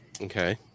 Okay